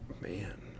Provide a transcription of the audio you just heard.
man